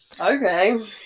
Okay